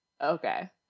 Okay